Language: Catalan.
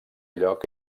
lloc